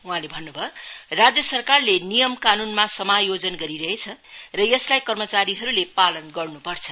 वहाँले भन्न भयो राज्य सरकारले नियम कानुनमा समायोजना गरिरहेछ र यसलाई कर्मचारीहरूले पालन गर्नुपर्छ